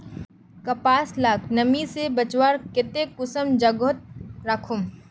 कपास लाक नमी से बचवार केते कुंसम जोगोत राखुम?